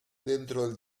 dentro